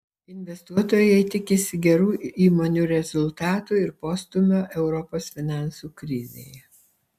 investuotojai tikisi gerų įmonių rezultatų ir postūmio europos finansų krizėje